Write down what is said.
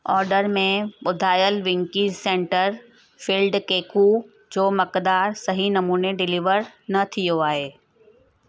order में ॿुधाइलु विन्कीस सेंटर फिल्ड केकु जो मक़दारु सही नमूने डिलीवर न थियो आहे